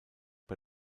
bei